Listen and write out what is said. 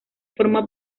formó